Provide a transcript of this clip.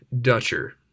Dutcher